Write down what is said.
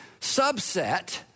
subset